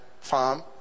farm